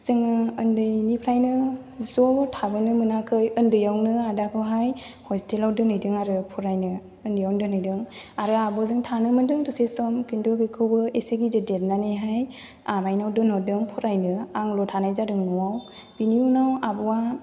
जोङो उन्दैनिफ्रायनो ज' थाबोनो मोनाखै उन्दैयावनो आदाखौहाय हस्टेलआव दोनहैदों आरो फरायनो उन्दैयावनो दोनहैदों आरो आब'जों थानो मोनदों दसे सम किन्थु बिखौबो एसे गिदिर देरनानैहाय आमायनाव दोनह'रदों फरायनो आंल' थानाय जादों न'आव बिनि उनाव आब'आ